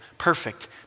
perfect